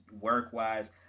work-wise